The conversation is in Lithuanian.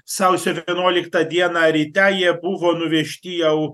sausio vienuoliktą dieną ryte jie buvo nuvežti jau